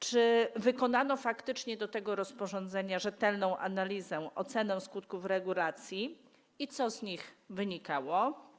Czy wykonano faktycznie w odniesieniu do tego rozporządzenia rzetelną analizę, ocenę skutków regulacji i co z nich wynikało?